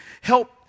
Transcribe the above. help